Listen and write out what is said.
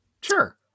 Sure